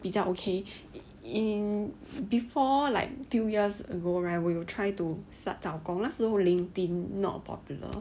比较 okay in before like few years ago right we 有 try to start to 找工那时候 linkedin not popular